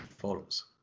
follows